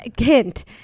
hint